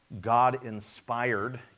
God-inspired